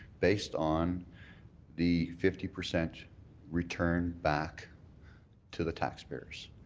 based on the fifty percent return back to the taxpayers?